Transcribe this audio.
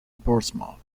portsmouth